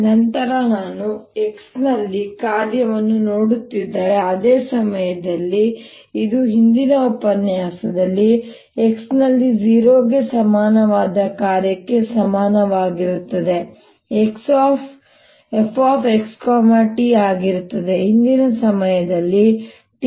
ನಂತರ ನಾನು x ನಲ್ಲಿ ಕಾರ್ಯವನ್ನು ನೋಡುತ್ತಿದ್ದರೆ ಅದೇ ಸಮಯದಲ್ಲಿ ಇದು ಹಿಂದಿನ ಸಮಯದಲ್ಲಿ x ನಲ್ಲಿ 0 ಗೆ ಸಮಾನವಾದ ಕಾರ್ಯಕ್ಕೆ ಸಮಾನವಾಗಿರುತ್ತದೆ fxt ಆಗಿರುತ್ತದೆ ಹಿಂದಿನ ಸಮಯದಲ್ಲಿ t minus x over v